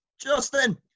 Justin